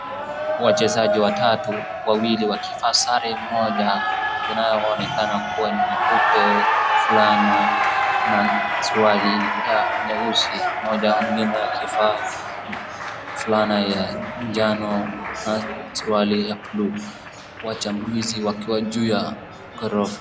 Wachezaji watatu, wawili wakivaa sare, mmoja inayoonekana kuwa ni nyeupe fulana na suruali ya nyeusi mmoja na mwingine akivaa fulana ya njano na suruali ya buluu, washambulizi wakiwa juu ya ghorofa.